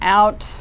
out